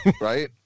Right